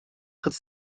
tritt